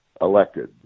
elected